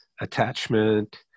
attachment